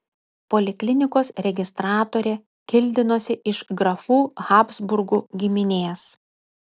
poliklinikos registratorė kildinosi iš grafų habsburgų giminės